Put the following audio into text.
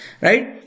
right